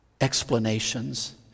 explanations